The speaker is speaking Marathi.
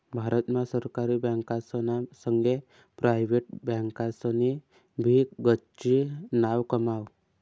भारत मा सरकारी बँकासना संगे प्रायव्हेट बँकासनी भी गच्ची नाव कमाव